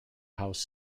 house